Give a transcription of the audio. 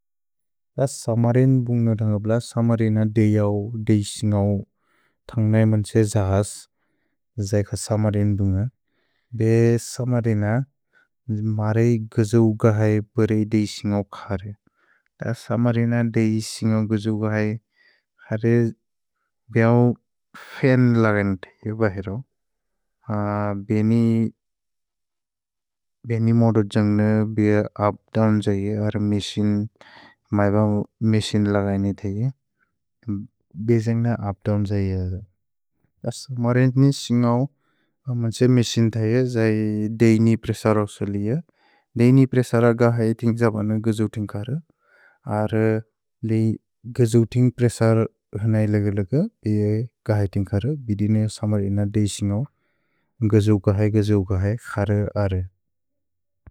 त् समरेइन् बुन्ग थन्घप्ल, समरेइन देयौ, देइ सिन्गौ, थन्घै मन्छे जहस् जैख समरेइन् बुन्ग। भे समरेइन मरेइ गजौ गहै परेइ देइ सिन्गौ खारे। त् समरेइन देइ सिन्गौ गजौ गहै, खारे बेऔ फेन् लगैन् ते इउबहेरो। भेनि मोदु त्जन्ग्न बेअ उप् दोव्न् जैख, हर मेसिन्, मैब मेसिन् लगैन् ते इउबहेरो, बेअ जन्ग्न उप् दोव्न् जैख। त् समरेइनि सिन्गौ मन्छे मेसिन् जैख, जै देइ नि प्रेसर उसोले इअ, देइ नि प्रेसर गहै तिन्ग्ज बन गजौ तिन्घर। अर् लेइन् गजौ तिन्ग् प्रेसर हनै लगलग, बेअ गहै तिन्घर, बिदेइने समरेइन देइ सिन्गौ, गजौ गहै, गजौ गहै, खारे अरए।